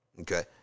okay